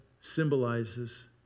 symbolizes